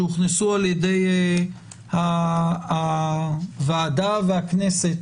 שהוכנסו על ידי הוועדה והכנסת